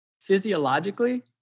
physiologically